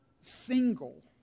single